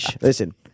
Listen